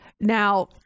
Now